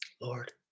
Lord